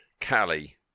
Callie